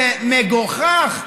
זה מגוחך.